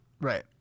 Right